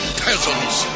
peasants